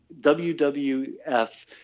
WWF